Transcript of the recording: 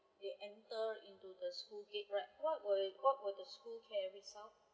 they enter into the school gate right what were what were the school carry out